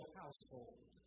household